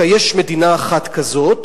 יש מדינה אחת כזו,